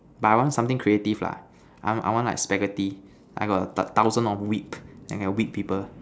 but I want something creative lah I want I want like Spaghetti I got a thousand of whip then can whip people